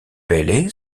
bailey